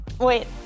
Wait